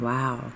Wow